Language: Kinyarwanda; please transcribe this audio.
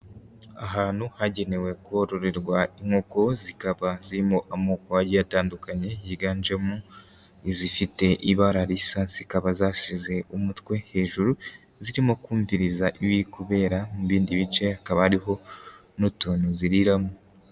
Ahantu hagenewe kororerwa inkoko, zikaba zirimo amoko agiye atandukanye, yiganjemo izifite ibara risa, zikaba zasize umutwe hejuru, zirimo kumviriza ibiri kubera mu bindi bice, hakaba hariho n'utuntu ziriramo.